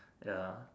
ya